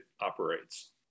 operates